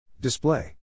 Display